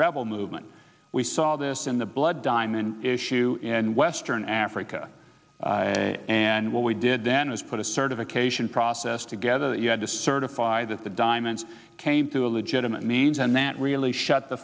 rebel movement we saw this in the blood diamond issue in western africa and what we did then was put a certification process together that you had to certify that the diamonds came through a legitimate means and that really shut the